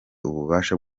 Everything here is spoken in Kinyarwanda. ububasha